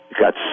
got